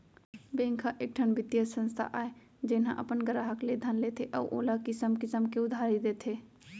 bank ह एकठन बित्तीय संस्था आय जेन ह अपन गराहक ले धन लेथे अउ ओला किसम किसम के उधारी देथे